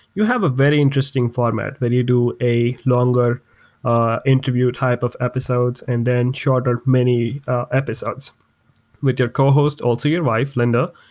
you have a very interesting format where you do a longer interview type of episodes and then shorter mini episodes with your cohost, also your wife linda,